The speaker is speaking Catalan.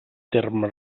terme